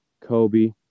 Kobe